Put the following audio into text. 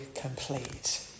complete